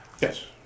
Yes